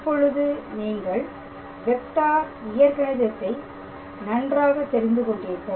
இப்பொழுது நீங்கள் வெக்டார் இயற்கணிதத்தை நன்றாக தெரிந்து கொண்டீர்கள்